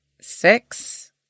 six